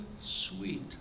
sweet